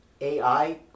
AI